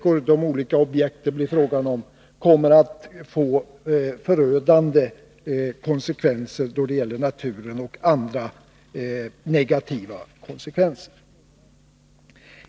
I båda dessa fall skulle konsekvenserna för naturen kring de olika älvsträckorna, de olika objekten, kunna bli förödande.